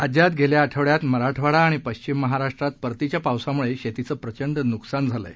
राज्यात गेल्या आठवड्यात मराठवाडा आणि पश्चिम महाराष्ट्रात परतीच्या पावसामुळे शेतीचं प्रचंड नुकसान झालं आहे